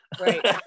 Right